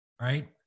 Right